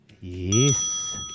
Yes